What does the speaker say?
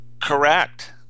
correct